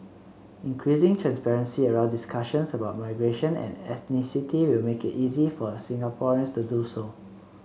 increasing transparency around discussions about migration and ethnicity will make it easier for Singaporeans to do so